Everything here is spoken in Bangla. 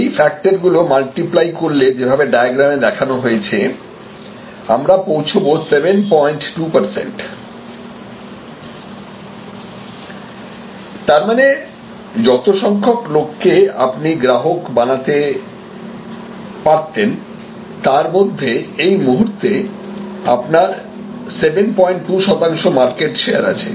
এই ফ্যাক্টরগুলো মাল্টিপ্লাই করলে যেভাবে ডায়াগ্রামে দেখানো হয়েছে আমরা পৌঁছাবো 72 তারমানে যত সংখ্যক লোককে আপনি গ্রাহক বানাতে পারতেনতারমধ্যে এই মুহূর্তে আপনার 72 শতাংশ মার্কেট শেয়ার আছে